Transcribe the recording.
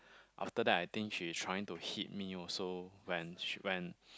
after that I think she trying to hit me also when she when